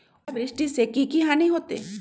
ओलावृष्टि से की की हानि होतै?